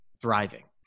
thriving